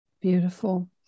beautiful